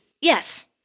Yes